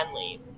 leave